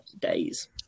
days